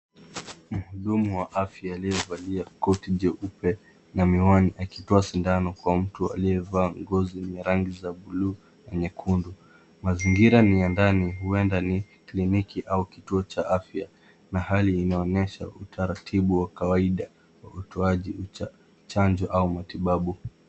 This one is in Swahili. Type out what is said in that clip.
Mhudumu wa afya aliyevalia koti jeupe na miwani akitoa sindano kwa mtu aliyevaa nguo zenye rangi za buluu na nyekundu. Mazingira ni ya ndani ueda ni kliniki au kituo cha afya na hali inaonyesha utaratibu wa kawaida wa utoaji wa chanjo au matibabu.